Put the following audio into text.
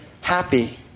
happy